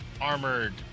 armored